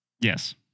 Yes